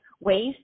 ways